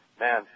man